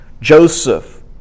Joseph